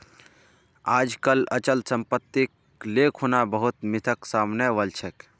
आजकल अचल सम्पत्तिक ले खुना बहुत मिथक सामने वल छेक